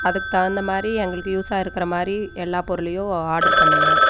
அதுக்குத் தகுந்தமாதிரி எங்களுக்கு யூஸ்ஸாக இருக்கறமாதிரி எல்லா பொருளையும் ஆர்ட்ரு பண்ணுங்கள்